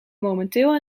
momenteel